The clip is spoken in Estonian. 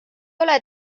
ole